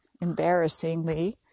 embarrassingly